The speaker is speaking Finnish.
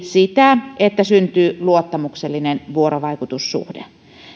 sitä että syntyy luottamuksellinen vuorovaikutussuhde